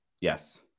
Yes